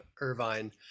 Irvine